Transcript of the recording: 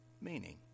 meaning